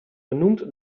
genoemd